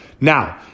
Now